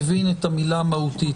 מבין את המילה "מהותית".